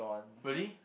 really